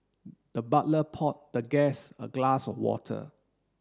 the butler poured the guest a glass of water